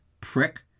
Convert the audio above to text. prick